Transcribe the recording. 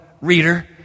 reader